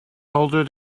older